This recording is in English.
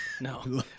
No